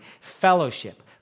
fellowship